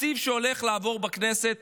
התקציב שהולך לעבור היום בכנסת